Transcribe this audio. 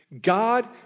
God